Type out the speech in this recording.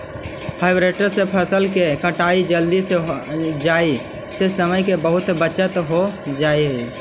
harvester से फसल के कटाई जल्दी हो जाई से समय के बहुत बचत हो जाऽ हई